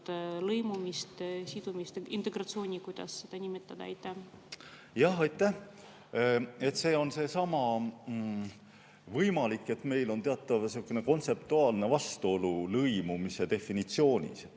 lõimumist, sidumist, integratsiooni või kuidas seda nimetada? Aitäh! See on seesama: võimalik, et meil on teatav selline kontseptuaalne vastuolu lõimumise definitsiooni